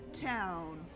town